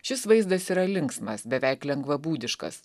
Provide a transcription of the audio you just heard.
šis vaizdas yra linksmas beveik lengvabūdiškas